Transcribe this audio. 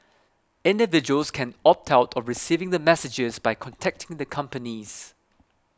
individuals can opt out of receiving the messages by contacting the companies